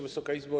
Wysoka Izbo!